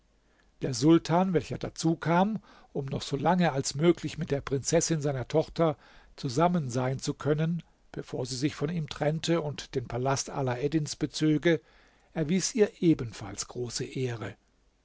der sultan welcher dazukam um noch solange als möglich mit der prinzessin seiner tochter zusammen sein zu können bevor sie sich von ihm trennte und den palast alaeddins bezöge erwies ihr ebenfalls große ehre